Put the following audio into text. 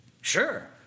sure